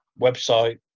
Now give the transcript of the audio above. website